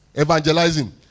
evangelizing